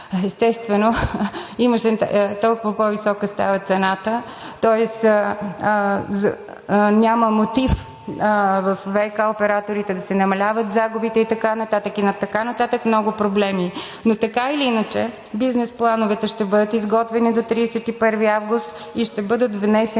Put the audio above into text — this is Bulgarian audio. естествено, толкова по-висока става цената, тоест няма мотив във ВиК операторите да се намаляват загубите и така нататък, много проблеми. Така или иначе бизнес плановете ще бъдат изготвени за 31 август и ще бъдат внесени